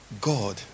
God